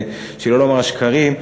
שלא לומר השקרים,